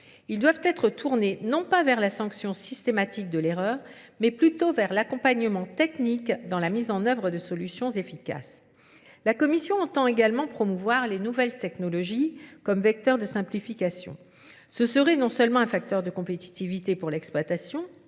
Ils doivent être tournés non pas vers la sanction systématique de l'erreur, mais plutôt vers l'accompagnement technique dans la mise en œuvre de solutions efficaces. La Commission entend également promouvoir les nouvelles technologies comme vecteur de simplification. Ce serait non seulement un facteur de compétitivité pour l'exploitation,